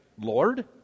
Lord